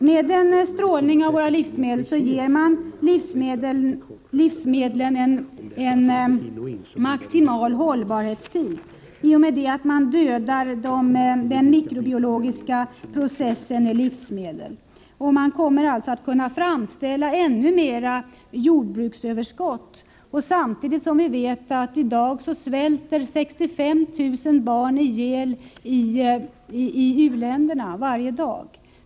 Med bestrålning av våra livsmedel ger man livsmedlen en maximal hållbarhet i och med att mikrobiologiska processer i livsmedlen dödas. Man kommer alltså att kunna framställa ännu större jordbruksöverskott samtidigt som vi vet att 65 000 barn svälter ihjäl i u-länderna varje dag.